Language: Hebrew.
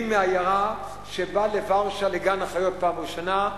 מהעיירה שבא לוורשה לגן החיות בפעם הראשונה,